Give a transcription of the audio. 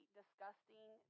disgusting